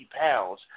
pounds